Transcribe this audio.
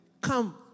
come